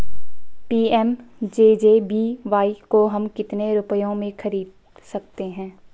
PMJJBY को हम कितने रुपयों में खरीद सकते हैं?